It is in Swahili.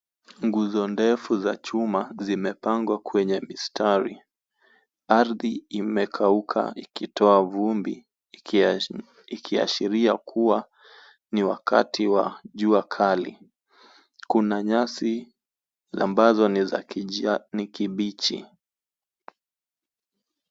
Nguzo ndefu za chuma zimepangwa kwenye mistari. Ardhi imekauka ikitoa vumbi ikiasha- ikiashiria kuwa ni wakati wa jua kali. Kuna nyasi ambazo ni za kijani kibichi.